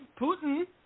Putin